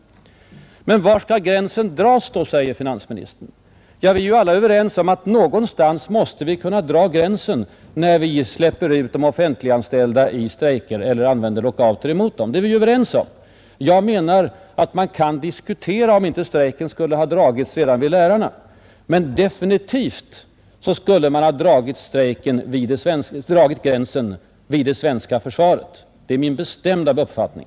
Men var skall gränsen dras, frågar finansministern. Ja, vi är ju alla överens om att någonstans måste vi kunna dra en gräns i fråga om samhällsskadlighet, när vi ger de offentligt anställda strejkrätt eller använder lockout mot dem. Jag menar att man kan diskutera om inte gränsen borde ha dragits redan vid lärarna, men definitivt skulle den ha dragits vid det svenska försvaret — det är min bestämda uppfattning.